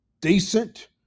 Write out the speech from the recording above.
Decent